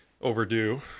overdue